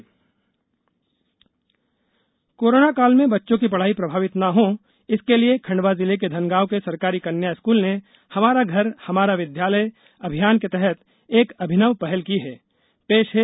हमारा घर हमारा विद्यालय कोरोनाकाल में बच्चों की पढ़ाई प्रभावित ना हो इसके लिए खंडवा जिले के धनगांव के सरकारी कन्या स्कूल ने हमारा घर हमारा विद्यालय अभियान के तहत एक अभिनव पहल की है